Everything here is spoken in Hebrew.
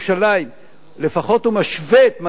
לפחות הוא משווה את מצבה של ירושלים,